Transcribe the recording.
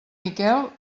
miquel